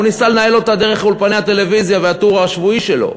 הוא ניסה לנהל אותה דרך אולפני הטלוויזיה והטור השבועי שלו,